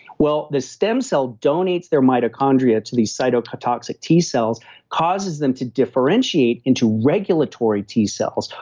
well, the stem cells donates their mitochondria to these cytotoxic t cells causes them to differentiate into regulatory t cells.